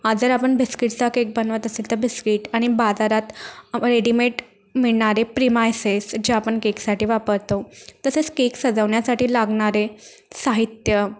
आज जर आपण बिस्किटचा केक बनवत असेल तर बिस्किट आणि बाजारात रेडिमेट मिळणारे प्रिमायसेस जे आपण केकसाठी वापरतो तसेच केक सजवण्यासाठी लागणारे साहित्य